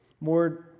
more